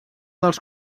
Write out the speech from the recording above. dels